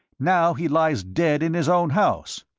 now he lies dead in his own house.